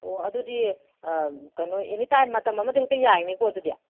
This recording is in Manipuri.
ꯑꯣ ꯑꯗꯨꯗꯤ ꯀꯩꯅꯣ ꯑꯦꯅꯤ ꯇꯥꯏꯝ ꯃꯇꯝ ꯑꯃꯗ ꯍꯦꯛꯇ ꯌꯥꯏꯅꯦꯀꯣ ꯑꯗꯨꯗꯤ